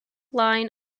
line